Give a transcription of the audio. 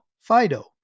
Fido